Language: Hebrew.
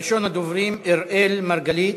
ראשון הדוברים, אראל מרגלית,